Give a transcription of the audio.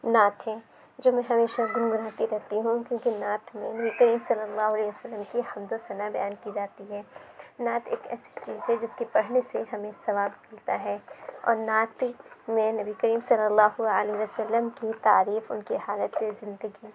نعت ہے جو میں ہمیشہ گنگناتی رہتی ہوں کیوں کہ نعت میں نبی کریم صلی اللہ علیہ وسلم کی حمد و ثنا بیان کی جاتی ہے نعت ایک ایسی چیز ہے جس کے پڑھنے سے ہمیں ثواب ملتا ہے اور نعت میرے نبی کریم صلی اللہ آلہِ وسلم کی تعریف ان کی حالتِ زندگی